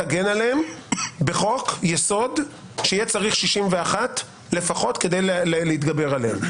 תגן עליהם בחוק יסוד שיהיה צריך 61 כדי להתגבר עליהן?